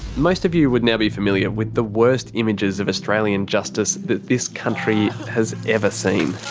most of you would now be familiar with the worst images of australian justice that this country has ever seen.